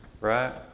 right